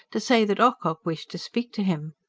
to say that ocock wished to speak to him.